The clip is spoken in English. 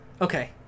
Okay